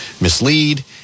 mislead